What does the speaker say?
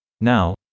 Now